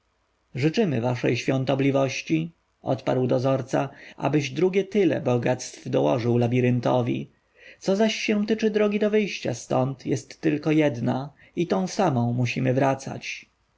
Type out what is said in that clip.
życzymy waszej świątobliwości odparł dozorca abyś drugie tyle bogactw dołożył labiryntowi co się zaś tyczy drogi do wyjścia stąd jest tylko jedna i tą musimy wracać